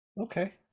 Okay